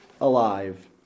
alive